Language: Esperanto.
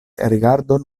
rigardon